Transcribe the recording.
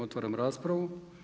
Otvaram raspravu.